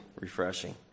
refreshing